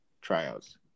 tryouts